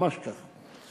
ממש ככה.